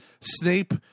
Snape